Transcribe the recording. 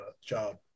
job